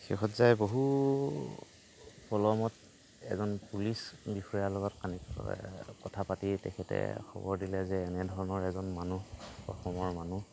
শেষত যাই বহু পলমত এজন পুলিচ বিষয়াৰ লগত কথা পাতি তেখেতে খবৰ দিলে যে এনেধৰণৰ এজন মানুহ অসমৰ মানুহ